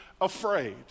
afraid